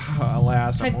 Alas